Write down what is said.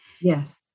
yes